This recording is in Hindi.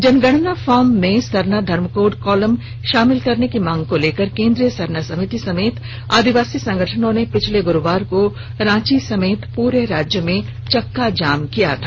जनगणना फॉर्म में सरना धर्मकोड कॉलम शामिल करने की मांग को लेकर केंद्रीय सरना समिति समेत आदिवासी संगठनों ने पिछले ग्रुवार को रांची समेत प्ररे राज्य में चक्का जाम किया था